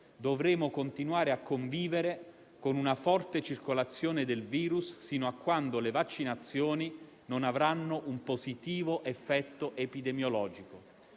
dovremo continuare a convivere con una forte circolazione del virus sino a quando le vaccinazioni non avranno un positivo effetto epidemiologico.